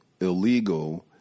illegal